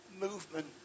movement